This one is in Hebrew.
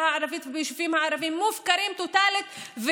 הערבית וביישובים הערביים מופקרים טוטלית,